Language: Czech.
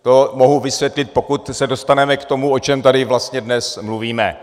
To mohu vysvětlit, pokud se dostaneme k tomu, o čem tady vlastně dnes mluvíme.